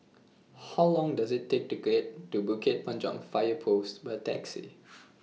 How Long Does IT Take to get to Bukit Panjang Fire Post By Taxi